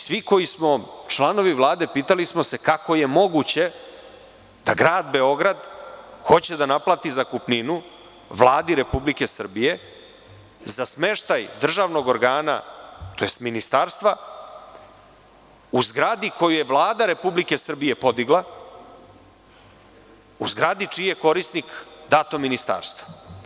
Svi koji smo članovi Vlade pitali smo se kako je moguće da Grad Beograd hoće da naplati zakupninu Vladi Republike Srbije za smeštaj državnog organa tj. ministarstva u zgradi koju je Vlada Republike Srbije podigla, u zgradi čiji je korisnik dato ministarstvo.